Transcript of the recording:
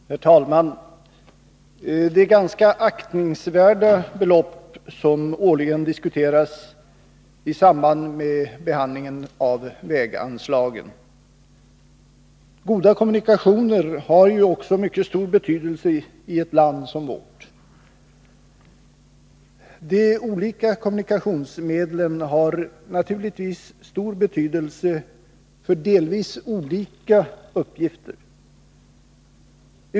Herr talman! Det är ganska aktningsvärda belopp som årligen diskuteras i samband med behandlingen av väganslagen. Goda kommunikationer har ju också mycket stor betydelse i ett land som vårt. De olika kommunikationsmedlen har naturligtvis stor betydelse för delvis olika uppgifter.